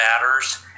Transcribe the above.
matters